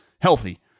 healthy